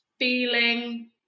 feeling